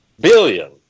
billion